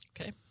Okay